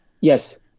Yes